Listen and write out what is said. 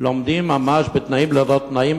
לומדים ממש בתנאים-לא-תנאים,